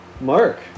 Mark